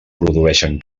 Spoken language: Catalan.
produeixen